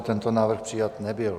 Tento návrh přijat nebyl.